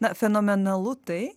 ne fenomenalu tai